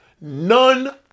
None